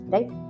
Right